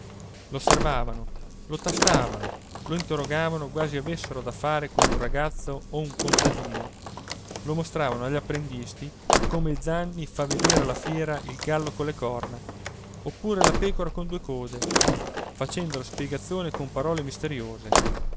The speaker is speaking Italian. anticamera l'osservavano lo tastavano lo interrogavano quasi avessero da fare con un ragazzo o un contadino lo mostravano agli apprendisti come il zanni fa vedere alla fiera il gallo con le corna oppure la pecora con due code facendo la spiegazione con parole misteriose